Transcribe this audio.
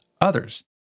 others